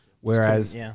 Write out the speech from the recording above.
Whereas